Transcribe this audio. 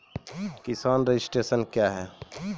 किसान रजिस्ट्रेशन क्या हैं?